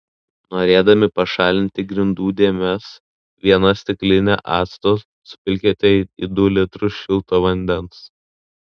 norėdami pašalinti grindų dėmes vieną stiklinę acto supilkite į du litrus šilto vandens